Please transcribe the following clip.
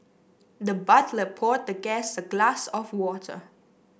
the butler poured the guest a glass of water